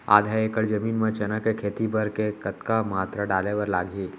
आधा एकड़ जमीन मा चना के खेती बर के कतका मात्रा डाले बर लागही?